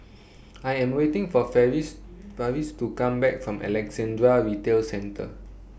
I Am waiting For Farris Farris to Come Back from Alexandra Retail Centre